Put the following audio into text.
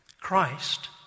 Christ